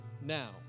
now